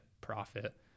profit